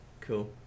Cool